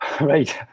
Right